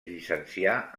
llicencià